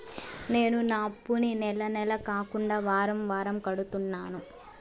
నేను నా అప్పుని నెల నెల కాకుండా వారం వారం కడుతున్నాను